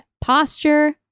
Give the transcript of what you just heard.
posture